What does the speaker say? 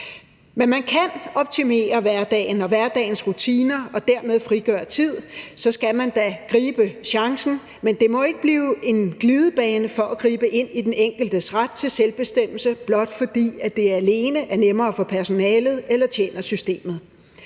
Men kan man optimere hverdagen og hverdagens rutiner og dermed frigøre tid, skal man da gribe chancen, men det må ikke blive en glidebane for at gribe ind i den enkeltes ret til selvbestemmelse, blot fordi det alene er nemmere for personalet eller tjener systemet.